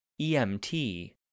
EMT